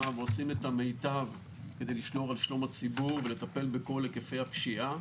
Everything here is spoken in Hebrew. ועושים את המיטב כדי לשמור על שלום הציבור ולטפל בכל היקפי הפשיעה.